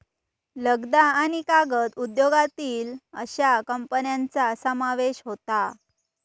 लगदा आणि कागद उद्योगातील अश्या कंपन्यांचा समावेश होता